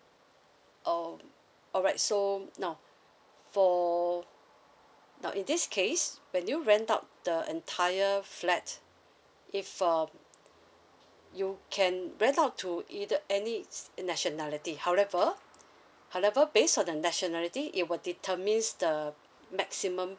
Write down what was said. oh alright so now for now in this case when you rent out the entire flat if um you can rent out to either any nationality however however based on the nationality it will determine the maximum